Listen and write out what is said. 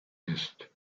ist